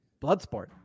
Bloodsport